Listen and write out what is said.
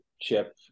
chip